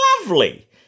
lovely